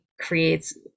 creates